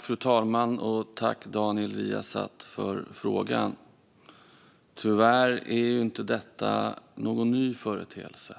Fru talman! Jag tackar Daniel Riazat för frågan. Tyvärr är detta inte någon ny företeelse.